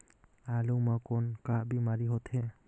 आलू म कौन का बीमारी होथे?